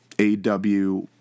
AW